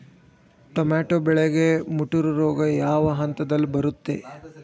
Tomato ಬೆಳೆಗೆ ಮುಟೂರು ರೋಗ ಯಾವ ಹಂತದಲ್ಲಿ ಬರುತ್ತೆ?